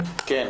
כן.